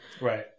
Right